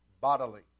bodily